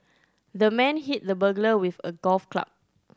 the man hit the burglar with a golf club